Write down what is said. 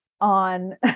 on